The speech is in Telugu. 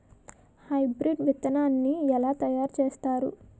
హైబ్రిడ్ విత్తనాన్ని ఏలా తయారు చేస్తారు?